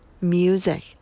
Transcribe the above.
music